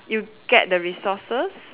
you get the resources